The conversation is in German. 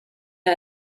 der